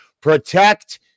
Protect